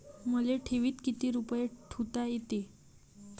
मले ठेवीत किती रुपये ठुता येते?